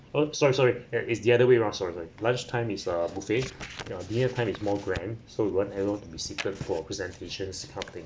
uh sorry sorry it's the other way around sorry sorry lunchtime is uh buffet yeah dinner time is more grand so we want everyone to be seated for presentations kind of thing